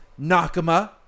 nakama